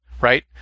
right